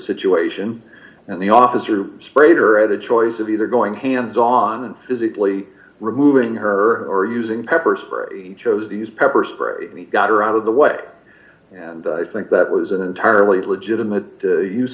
situation and the officer sprayed her at a choice of either going hands on and physically removing her or using pepper spray chose these pepper spray got her out of the way and i think that was an entirely legitimate